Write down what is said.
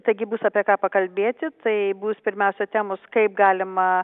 taigi bus apie ką pakalbėti tai bus pirmiausia temos kaip galima